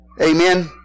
Amen